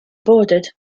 bordered